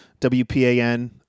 WPAN